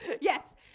Yes